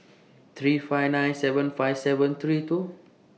three five nine seven five seven three two